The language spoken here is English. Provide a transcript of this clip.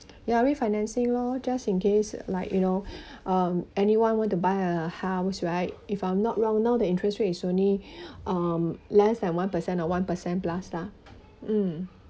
ya refinancing lor just in case like you know um anyone want to buy a house right if I'm not wrong now the interest rate is only um less than one percent or one percent plus lah mm